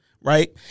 Right